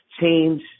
change